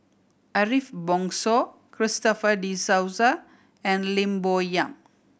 Ariff Bongso Christopher De Souza and Lim Bo Yam